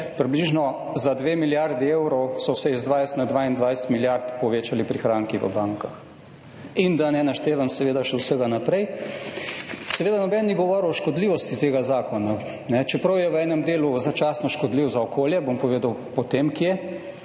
približno za 2 milijardi evrov so se iz 20 na 22 milijard povečali prihranki v bankah. In, da ne naštevam seveda še vsega naprej. Seveda noben ni govoril o škodljivosti tega zakona, čeprav je v enem delu začasno škodljiv za okolje, bom povedal potem kje.